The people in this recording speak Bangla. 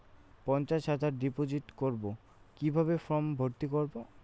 পঞ্চাশ হাজার ডিপোজিট করবো কিভাবে ফর্ম ভর্তি করবো?